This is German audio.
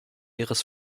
ihres